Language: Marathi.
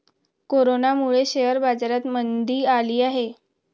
कोरोनामुळे शेअर बाजारात मंदी आली आहे